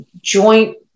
joint